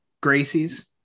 Gracie's